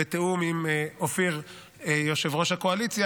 בתיאום עם אופיר יושב-ראש הקואליציה,